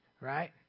right